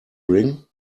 ring